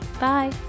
Bye